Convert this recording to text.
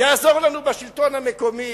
יעזור לנו בשלטון המקומי.